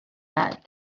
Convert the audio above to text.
that